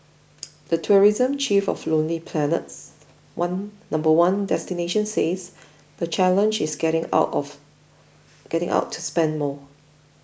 the tourism chief of Lonely Planet's one number one destination says the challenge is getting out of getting out to spend more